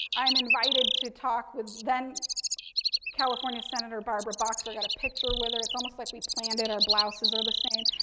i'm invited to talk with then california senator barbara boxer. i've got a picture with her. it's almost like we planned it. our blouses are the same.